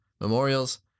memorials